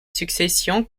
succession